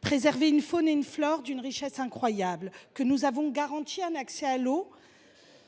préservé une faune et une flore d’une richesse incroyable ? Que nous avons garanti un accès à l’eau